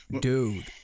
Dude